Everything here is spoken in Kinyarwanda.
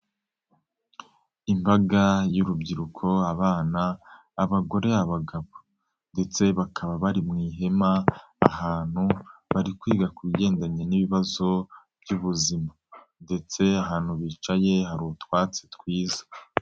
Imbaga y'urubyiruko, abana, abagore, abagabo ndetse bakaba bari mu ihema ahantu bari kwiga ku bigendanye n'ibibazo by'ubuzima ndetse ahantu bicaye hari utwatsi twiza.